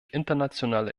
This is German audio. internationale